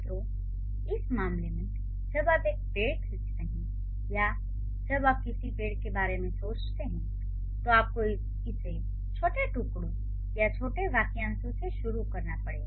तो इस मामले में जब आप एक पेड़ खींचते हैं या जब आप किसी पेड़ के बारे में सोचते हैं तो आपको इसे छोटे टुकड़ों या छोटे वाक्यांशों से शुरू करना होगा